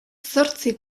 zortzi